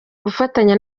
gufatanya